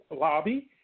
lobby